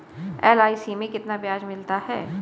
LIC में कितना ब्याज मिलता है?